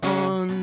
on